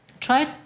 try